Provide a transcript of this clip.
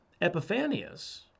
Epiphanius